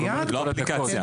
לא אפליקציה,